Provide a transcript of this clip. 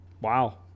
Wow